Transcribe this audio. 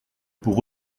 pour